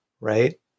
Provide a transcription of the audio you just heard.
right